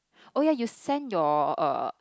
oh ya you sent your err